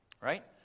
right